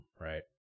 Right